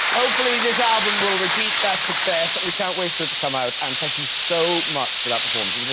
hopefully this oven ah but will repeat that success we can't wait for it to come out and thank you so much for that performance but